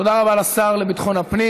תודה רבה לשר לביטחון הפנים.